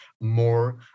more